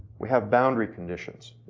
we have boundary conditions